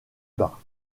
bas